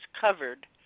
covered